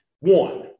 One